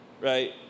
right